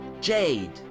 Jade